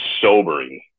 sobering